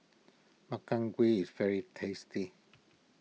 Makchang Gui is very tasty